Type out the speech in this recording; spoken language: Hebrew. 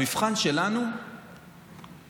המבחן שלנו ככנסת,